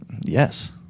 Yes